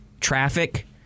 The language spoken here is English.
traffic